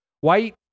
white